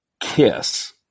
kiss